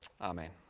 Amen